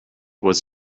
was